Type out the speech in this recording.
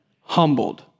Humbled